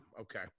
Okay